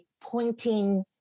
pointing